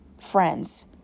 friends